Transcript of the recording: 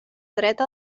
dreta